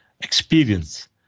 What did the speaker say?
experience